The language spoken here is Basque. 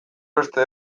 beste